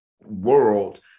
world